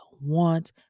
want